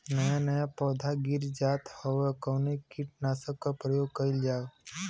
नया नया पौधा गिर जात हव कवने कीट नाशक क प्रयोग कइल जाव?